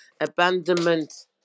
Abandonment